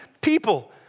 people